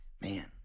Man